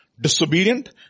disobedient